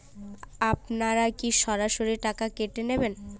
আপনারা কি সরাসরি টাকা কেটে নেবেন?